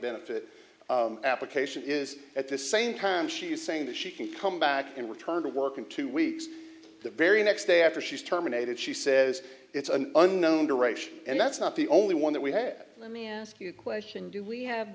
benefit application is at the same time she is saying that she can come back and return to work in two weeks the very next day after she's terminated she says it's an unknown duration and that's not the only one that we had let me ask you question do we have